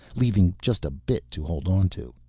leaving just a bit to hold onto.